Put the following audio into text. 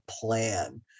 plan